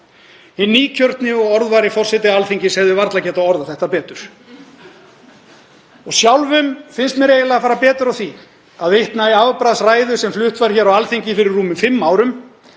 nýkjörni og orðvari forseti Alþingis hefði varla getað orðað þetta betur. Sjálfum finnst mér eiginlega fara betur á því að vitna í afbragðsræðu sem flutt var hér á Alþingi fyrir rúmum fimm árum,